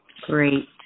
Great